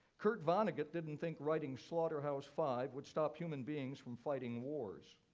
kurt vonnegut didn't think writing slaughterhouse five would stop human beings from fighting wars.